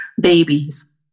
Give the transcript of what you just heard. babies